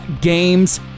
games